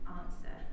answer